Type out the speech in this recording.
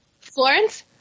Florence